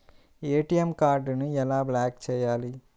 ATM కార్డుని ఎలా block చేయాలి?